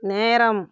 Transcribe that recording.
நேரம்